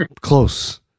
Close